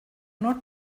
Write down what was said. not